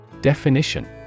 Definition